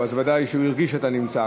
אז ודאי שהוא הרגיש שאתה נמצא.